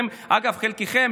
שחלקכם,